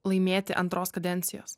laimėti antros kadencijos